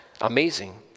amazing